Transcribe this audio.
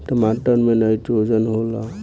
टमाटर मे नाइट्रोजन होला?